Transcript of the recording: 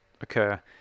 occur